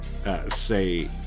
Say